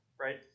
right